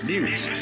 News